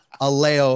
Alejo